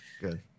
Good